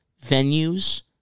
venues